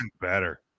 better